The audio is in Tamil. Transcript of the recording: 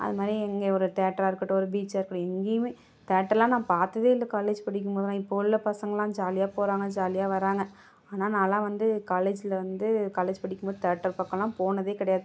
அது மாதிரி எங்கே ஒரு தேட்டராக இருக்கட்டும் ஒரு பீச்சாக இருக்கட்டும் எங்கேயுமே தேட்டரெலாம் நான் பார்த்ததே இல்லை காலேஜ் படிக்கும் போதில் இப்போ உள்ள பசங்களெளாம் ஜாலியாக போகிறாங்க ஜாலியாக வராங்க ஆனால் நானெலாம் வந்து காலேஜில் வந்து காலேஜ் படிக்கும் போது தேட்டர் பக்கமெலாம் போனதே கிடையாது